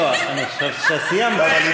לא, אני חשבתי שאתה סיימת.